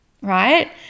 right